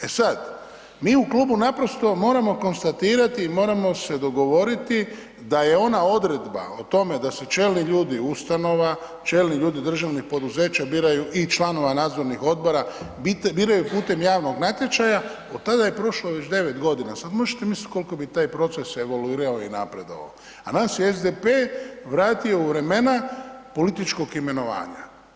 E sad, mi u klubu naprosto moramo konstatirati i moramo se dogovoriti da je ona odredba o tome da se čelni ljudi ustanova, čelni ljudi državnih poduzeća biraju i članova nadzornih odbora, biraju putem javnog natječaja, od tada je prošlo već 9 g., sad možete misliti koliko bi taj proces evaluirao i napredovao a nas je SDP vratio u vremena političkog imenovanja.